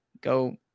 go